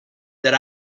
that